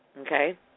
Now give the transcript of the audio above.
Okay